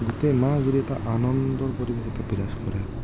গোটেই মাহজুৰি এটা আনন্দৰ পৰিৱেশ এটা বিৰাজ কৰে